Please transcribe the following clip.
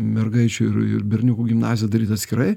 mergaičių ir ir berniukų gimnaziją daryt atskirai